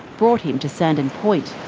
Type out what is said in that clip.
brought him to sandon point.